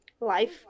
Life